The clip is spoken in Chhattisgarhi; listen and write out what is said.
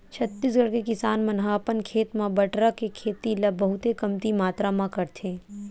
छत्तीसगढ़ के किसान मन ह अपन खेत म बटरा के खेती ल बहुते कमती मातरा म करथे